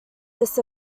this